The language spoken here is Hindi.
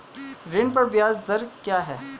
ऋण पर ब्याज दर क्या है?